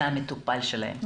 זה המטופל שלהם.